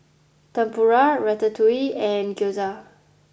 Tempura Ratatouille and Gyoza